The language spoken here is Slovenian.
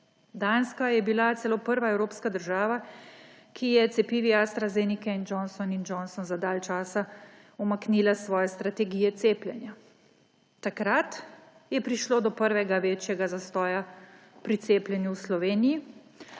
Danska je bila celo prva evropska država, ki je cepivi AstraZenice in Johnson&Johnson za dalj časa umaknila iz svoje strategije cepljenja. Takrat je prišlo do prvega večjega zastoja pri cepljenju v Sloveniji,